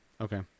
Okay